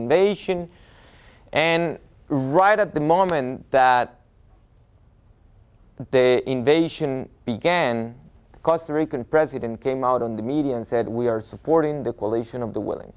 invasion and right at the moment that day invasion began costa rican president came out on the media and said we are supporting the coalition of the w